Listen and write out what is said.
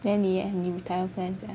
then 你 leh retirement plans leh